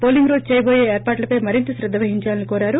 polling రోజు చేయటోయే ఏర్పాట్లపై మరింత శ్రద్ద వహించాలని కోరారు